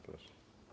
Proszę.